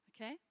Okay